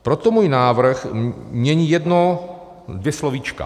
Proto můj návrh mění jedno dvě slovíčka.